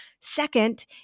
Second